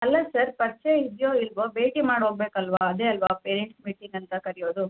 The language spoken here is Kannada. ಅಲ್ಲ ಸರ್ ಪರಿಚಯ ಇದೆಯೋ ಇಲ್ಲವೋ ಭೇಟಿ ಮಾಡಿ ಹೋಗ್ಬೇಕಲ್ವ ಅದೇ ಅಲ್ಲವಾ ಪೇರೆಂಟ್ಸ್ ಮೀಟಿಂಗ್ ಅಂತ ಕರೆಯೋದು